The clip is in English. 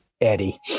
Eddie